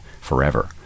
forever